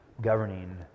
governing